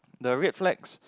the red flags